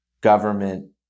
government